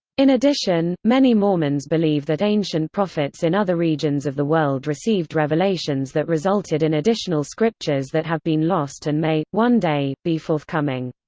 in addition, many mormons believe that ancient prophets in other regions of the world received revelations that resulted in additional scriptures that have been lost and may, one day, be forthcoming.